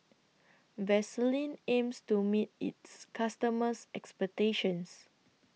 Vaselin aims to meet its customers' expectations